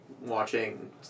watching